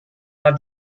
are